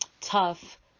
tough